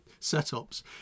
setups